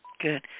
Good